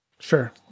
sure